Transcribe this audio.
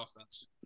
offense